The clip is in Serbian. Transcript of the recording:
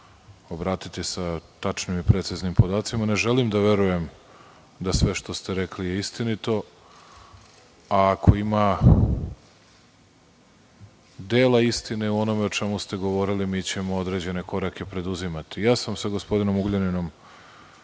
obratiti, sa tačnim i preciznim podacima. Ne želim da verujem da sve što ste rekli je istinito, a ako ima dela istine o čemu ste govorili, mi ćemo određene korake preduzimati. Ja sam sa gospodinom Ugljaninom